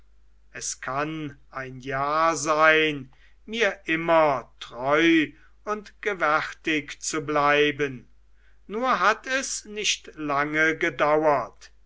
sein mir immer treu und gewärtig zu bleiben nur hat es nicht lange gedauert